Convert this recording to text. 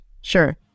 Sure